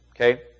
okay